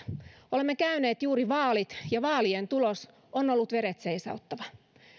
olemme käyneet juuri vaalit ja vaalien tulos on ollut veret seisauttava